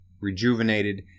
rejuvenated